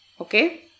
Okay